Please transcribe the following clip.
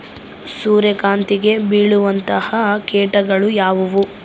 ಸೂರ್ಯಕಾಂತಿಗೆ ಬೇಳುವಂತಹ ಕೇಟಗಳು ಯಾವ್ಯಾವು?